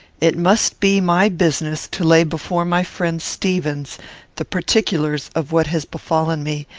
it must be my business to lay before my friend stevens the particulars of what has befallen me,